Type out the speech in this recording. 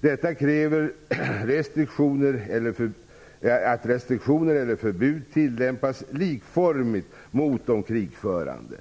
Detta kräver att restriktioner eller förbud tillämpas likformigt mot krigförande länder.